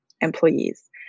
employees